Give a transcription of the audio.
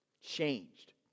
changed